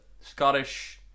Scottish